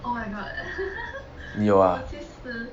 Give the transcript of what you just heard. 你有 ah